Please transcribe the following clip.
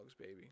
baby